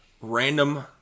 random